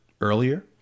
earlier